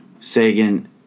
Sagan